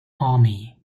army